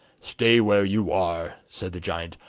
stay where you are said the giant,